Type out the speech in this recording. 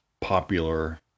popular